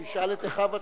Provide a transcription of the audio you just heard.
שישאל את אחיו הצ'צ'נים.